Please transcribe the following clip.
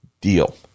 deal